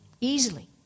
Easily